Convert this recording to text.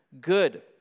good